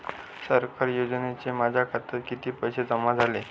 सरकारी योजनेचे माझ्या खात्यात किती पैसे जमा झाले?